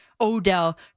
Odell